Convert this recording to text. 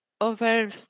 over